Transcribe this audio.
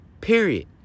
Period